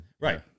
Right